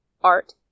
Art